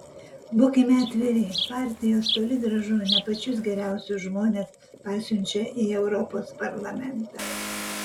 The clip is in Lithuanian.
būkime atviri partijos toli gražu ne pačius geriausius žmones pasiunčia į europos parlamentą